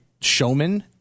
showman